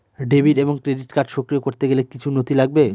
Debit এবং credit card সক্রিয় করতে গেলে কিছু নথি লাগবে?